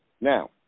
Now